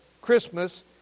Christmas